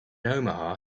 omaha